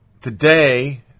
Today